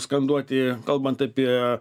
skanduoti kalbant apie